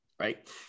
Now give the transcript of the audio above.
Right